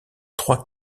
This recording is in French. trois